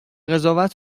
قضاوت